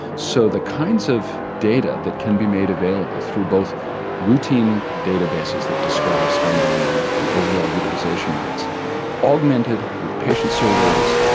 so the kinds of data that can be made available through both routine data bases that describe spending and and overall utilisation rates augmented with patient surveys,